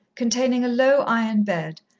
containing a low iron bed,